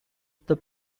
the